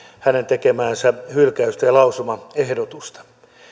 hänen tekemäänsä hylkäystä ja lausumaehdotusta